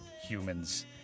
humans